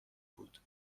بود